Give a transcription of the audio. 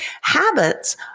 habits